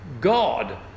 God